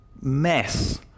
mess